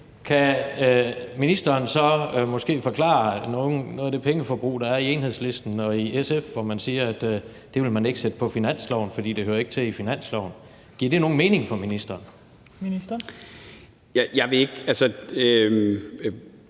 Kan ministeren så måske forklare noget af det pengeforbrug, der er i Enhedslisten og i SF, hvor man siger, at det vil man ikke sætte på finansloven, for det hører ikke til i finansloven. Giver det nogen mening for ministeren? Kl.